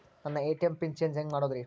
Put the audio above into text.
ನನ್ನ ATM pin change ಹೆಂಗ್ ಮಾಡೋದ್ರಿ?